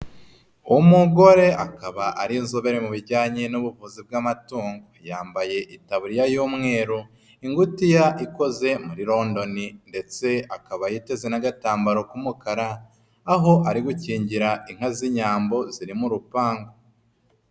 Umugore akaba ari inzobere mubijyanye n'ubuvuzi bw'amatungo, yambaye itaburiya y'umweru, ingutiya ikoze muri rondoni ndetse akaba yiteze n'agatambaro k'umukara, aho ari gukingira inka z'inyambo ziri murupangu.